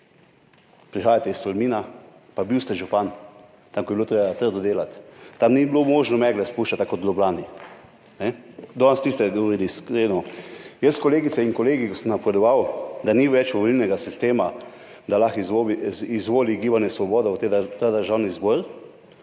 Prihajate iz Tolmina, pa bil ste župan tam, ko je bilo treba trdo delati. Tam ni bilo možno megle spuščati, tako kot v Ljubljani. Danes niste govorili iskreno. Jaz, kolegice in kolegi, ko sem napovedoval, da ni več volilnega sistema, da lahko izvoli Gibanje Svobodo v ta državni zbor.